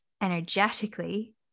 energetically